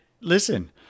listen